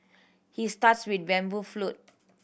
he starts with the bamboo flute